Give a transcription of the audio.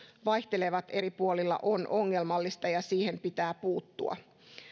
vaihtelevat eri puolilla on ongelmallista ja siihen pitää puuttua